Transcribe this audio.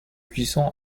cuisson